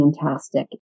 fantastic